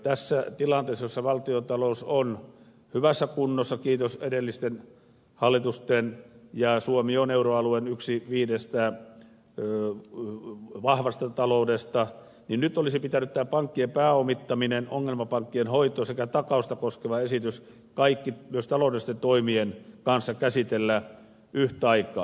tässä tilanteessa jossa valtiontalous on hyvässä kunnossa kiitos edellisten hallitusten ja jossa suomi on yksi viidestä euroalueen vahvasta taloudesta olisi pitänyt pankkien pääomittaminen ongelmapankkien hoito sekä takausta koskeva esitys kaikki myös taloudellisten toimien kanssa käsitellä yhtä aikaa